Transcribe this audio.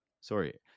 sorry